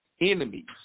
enemies